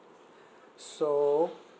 so